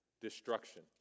destruction